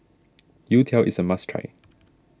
Youtiao is a must try